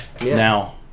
Now